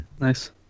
Nice